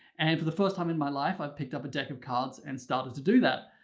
and for the first time in my life, i've picked up a deck of cards and started to do that.